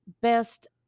best